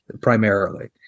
primarily